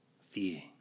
fear